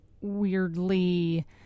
weirdly